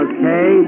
Okay